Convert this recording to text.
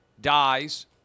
Dies